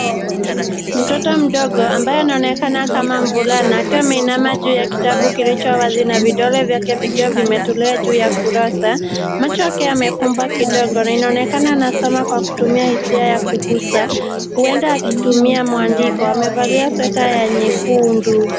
Mtoto mdogo ambaye anaonekana kama mavulana, akiwa ameinama juu ya kitabu kilicho wazi na vidole vyake vikiwa vimetulia juu ya kurasa. Macho yake yamefumba kidogo na inaonekana anasoma kwa kutumia hisia ya kugusa huenda akitumia mwandiko. Amevalia sweta nyekundu.